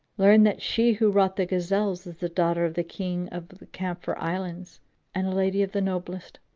learn that she who wrought the gazelles is the daughter of the king of the camphor islands and a lady of the noblest.